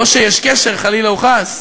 לא שיש קשר, חלילה וחס,